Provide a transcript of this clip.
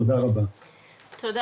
תודה רבה.